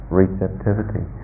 receptivity